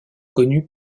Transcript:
connu